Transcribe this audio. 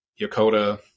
Yokota